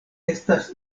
estas